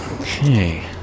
Okay